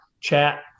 chat